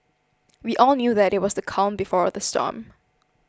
we all knew that it was the calm before the storm